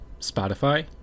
Spotify